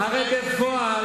הרי בפועל,